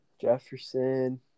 Jefferson